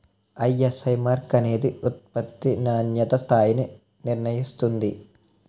ISI mark అనేది ఉత్పత్తి నాణ్యతా స్థాయిని నిర్ణయిస్తుంది